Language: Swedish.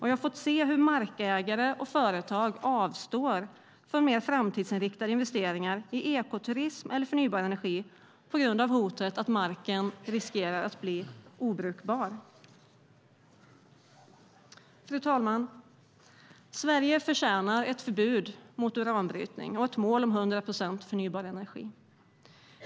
Jag har fått se hur markägare och företag avstår från mer framtidsinriktade investeringar i ekoturism eller förnybar energi på grund av hotet att marken riskerar att bli obrukbar. Fru talman! Sverige förtjänar ett förbud mot uranbrytning och ett mål om 100 procent förnybar energi.